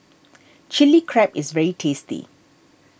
Chili Crab is very tasty